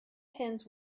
pins